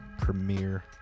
Premiere